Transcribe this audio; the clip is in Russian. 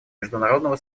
международного